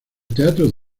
teatros